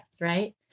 right